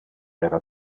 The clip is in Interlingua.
era